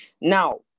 Now